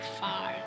far